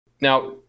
Now